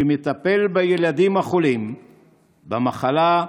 שמטפל בילדים החולים במחלה,